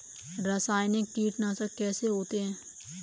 रासायनिक कीटनाशक कैसे होते हैं?